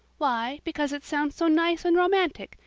why, because it sounds so nice and romantic,